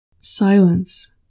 Silence